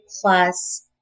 plus